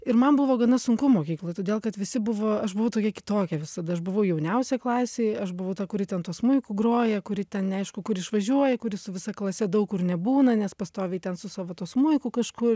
ir man buvo gana sunku mokykloj todėl kad visi buvo aš buvau tokia kitokia visada aš buvo jauniausia klasėj aš buvau ta kuri ten tuo smuiku groja kuri ten neaišku kur išvažiuoja kuri su visa klase daug kur nebūna nes pastoviai ten su savo tuo smuiku kažkur